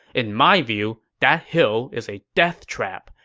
in my view, that hill is a deathtrap.